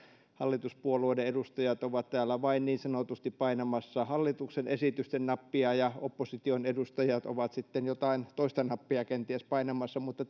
hallituspuolueiden edustajat ovat täällä vain niin sanotusti painamassa hallituksen esitysten nappia ja opposition edustajat ovat sitten jotain toista nappia kenties painamassa mutta